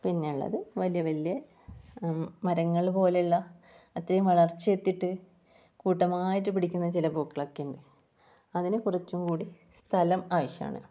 പിന്നെയുള്ളത് വലിയ വലിയ മരങ്ങള് പോലെയുള്ള അത്രയും വളർച്ചയെത്തിയിട്ട് കൂട്ടമായിട്ട് പിടിക്കുന്ന ചില പൂക്കളൊക്കെയിണ്ട് അതിനെക്കുറിച്ചും കൂടി സ്ഥലം ആവശ്യവാണ്